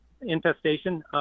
infestation